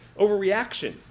overreaction